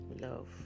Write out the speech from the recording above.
love